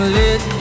let